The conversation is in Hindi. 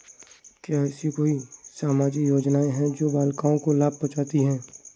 क्या ऐसी कोई सामाजिक योजनाएँ हैं जो बालिकाओं को लाभ पहुँचाती हैं?